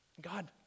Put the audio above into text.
God